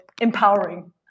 empowering